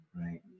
right